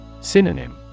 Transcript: Synonym